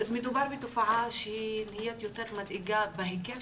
מדובר בתופעה שהיא נהיית יותר מדאיגה בהיקף